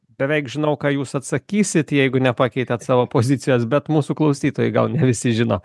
beveik žinau ką jūs atsakysit jeigu nepakeitėt savo pozicijos bet mūsų klausytojai gal ne visi žino